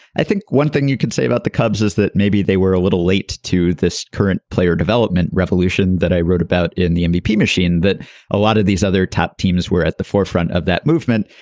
i think one thing you could say about the cubs is that maybe they were a little late to this current player development revolution that i wrote about in the mbp machine that a lot of these other top teams were at the forefront of that movement.